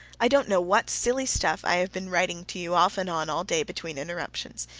i don't know what silly stuff i have been writing to you off and on all day, between interruptions.